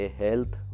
health